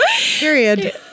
period